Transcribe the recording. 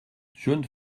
jeune